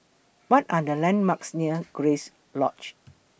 What Are The landmarks near Grace Lodge